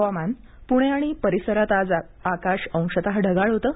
हवामान पूणे आणि परिसरात आज आकाश अंशत ढगाळ होतं